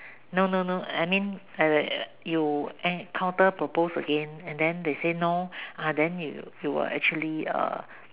no no no I mean err you uh counter propose again and then they say no ah then you will actually uh